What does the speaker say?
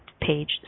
page